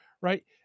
right